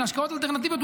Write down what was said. להשקעות אלטרנטיביות,